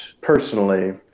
personally